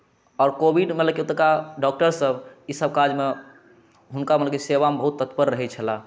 आ कोविड मे ओतुका डॉक्टर सभ ई सभ काजमे हुनका मनकेँ सेवामे बहुत तत्पर रहै छलए